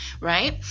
right